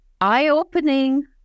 eye-opening